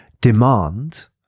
demand